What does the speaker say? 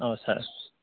अ सार